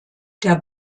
der